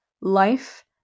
life